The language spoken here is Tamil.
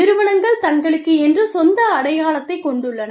நிறுவனங்கள் தங்களுக்கென்று சொந்த அடையாளத்தைக் கொண்டுள்ளன